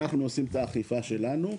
ואנחנו עושים את האכיפה שלנו.